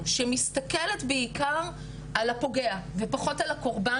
שמסתכלת בעיקר על הפוגע ופחות על הקורבן,